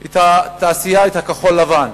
את התעשייה, את הכחול-לבן.